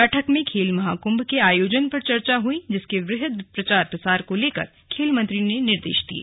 बैठक में खेल महाकुंभ के आयोजन पर चर्चा हुई जिसके वृहद प्रचार प्रसार को लेकर खेल मंत्री ने निर्देश दिये